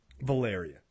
Valeria